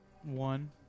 One